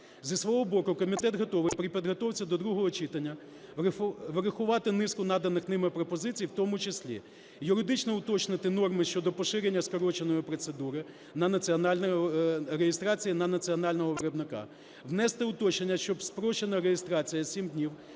Зі свого боку комітет готовий при підготовці до другого читання врахувати низку наданих ними пропозицій: в тому числі юридично уточнити норми щодо поширення скороченої процедури реєстрації на національного виробника; внести уточнення, щоб спрощена реєстрація 7 днів